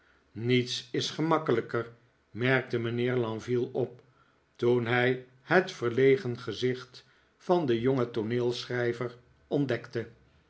niets is gemakkelijker merkte mijnheer lenville op toen hij het verlegen gezicht van den jongen tooneelschrijver ontdekte